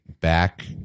back